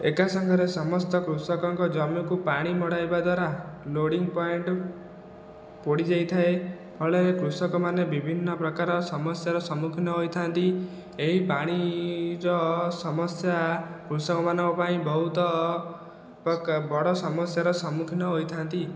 ଏକା ସାଙ୍ଗରେ ସମସ୍ତ କୃଷକଙ୍କ ଜମିକୁ ପାଣି ମଡ଼ାଇବା ଦ୍ଵାରା ଲୋଡିଙ୍ଗ ପଏଣ୍ଟ ପୋଡ଼ି ଯାଇଥାଏ ଫଳରେ କୃଷକମାନେ ବିଭିନ୍ନ ପ୍ରକାର ସମସ୍ୟାର ସମ୍ମୁଖୀନ ହୋଇଥାନ୍ତି ଏହି ପାଣିର ସମସ୍ୟା କୃଷକମାନଙ୍କ ପାଇଁ ବହୁତ ବଡ଼ ସମସ୍ୟାର ସମ୍ମୁଖୀନ ହୋଇଥାନ୍ତି